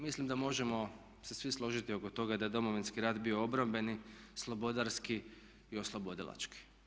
Mislim da možemo se svi složiti oko toga da je Domovinski rat bio obrambeni, slobodarski i oslobodilački.